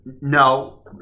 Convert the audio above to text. no